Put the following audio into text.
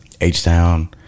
H-Town